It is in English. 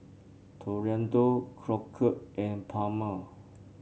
Toriano Crockett and Palmer